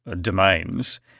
domains